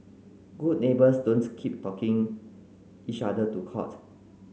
good neighbours don't keep talking each other to court